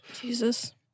Jesus